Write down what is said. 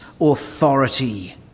authority